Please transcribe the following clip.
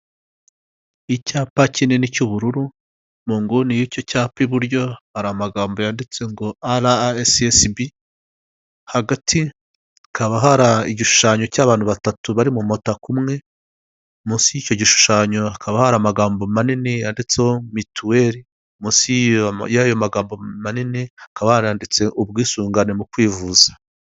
Icyapa kinini cy'ubururu mu nguni y'icyo cyapa iburyo hari amagambo yanditse ngo arasesibi hagati hakaba hari igishushanyo cy'abantu batatu bari mu mutaka umwe, munsi y'icyo gishushanyo hakaba hari amagambo manini yanditseho mituweli. Munsi y'ayo magambo manini hakaba haranditse ubwisungane mu kwivuza.